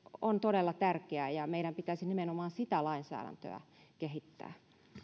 on todella tärkeää ja meidän pitäisi nimenomaan sitä lainsäädäntöä kehittää